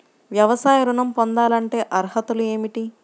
వ్యవసాయ ఋణం పొందాలంటే అర్హతలు ఏమిటి?